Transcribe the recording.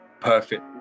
perfect